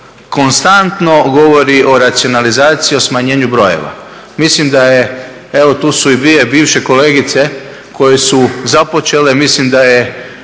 2002.konstantno govori o racionalizaciji o smanjenju brojeva. Mislim da je evo tu su i bivše kolegice koje su i započele, mislim da je